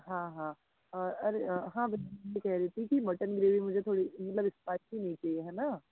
अरे हाँ हाँ अरे मैं यह कह रही थी की मटन बिरयानी मुझे थोड़ी मतलब स्पाइसी नहीं चाहिए है न